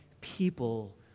people